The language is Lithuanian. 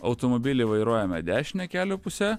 automobilį vairuojame dešine kelio puse